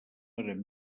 eren